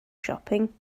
shopping